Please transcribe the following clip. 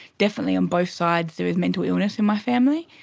definitely on both sides there is mental illness in my family,